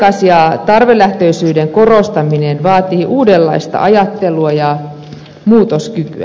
asiakas ja tarvelähtöisyyden korostaminen vaatii uudenlaista ajattelua ja muutoskykyä